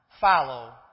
follow